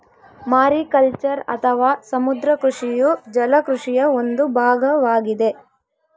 mariculture ಅಥವಾ ಸಮುದ್ರ ಕೃಷಿಯು ಜಲ ಕೃಷಿಯ ಒಂದು ಭಾಗವಾಗಿದೆ